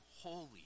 holy